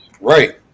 Right